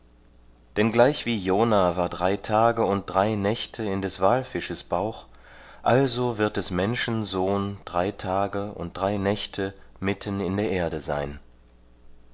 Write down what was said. denn gleichwie jona war drei tage und drei nächte in des walfisches bauch also wird des menschen sohn drei tage und drei nächte mitten in der erde sein